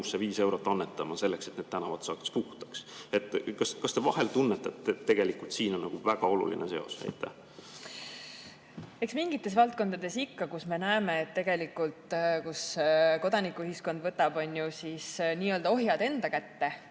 viis eurot annetama selleks, et tänavad saaks puhtaks. Kas te vahel tunnetate, et tegelikult siin on väga oluline seos? Eks mingites valdkondades ikka, kus me näeme, et tegelikult kodanikuühiskond võtab ohjad enda kätte